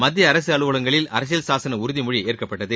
மத்திய அரசு அலுவலகங்களில் அரசியல் சாசன உறுதிமொழி ஏற்கப்பட்டது